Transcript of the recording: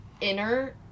inner